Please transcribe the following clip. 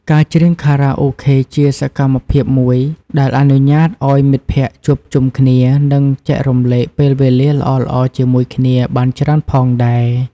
ការច្រៀងខារ៉ាអូខេជាសកម្មភាពមួយដែលអនុញ្ញាតឱ្យមិត្តភក្តិជួបជុំគ្នា និងចែករំលែកពេលវេលាល្អៗជាមួយគ្នាបានច្រើនផងដែរ។